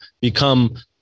become